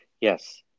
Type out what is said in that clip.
yes